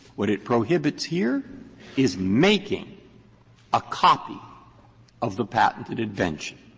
what it prohibits here is making a copy of the patented invention.